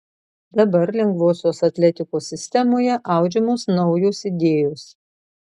dabar lengvosios atletikos sistemoje audžiamos naujos idėjos